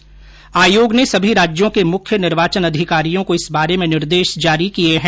चुनाव आयोग ने सभी राज्यों के मुख्य निर्वाचन अधिकारियों को इस बारे में निर्देश जारी किए हैं